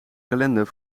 kalender